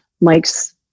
Mike's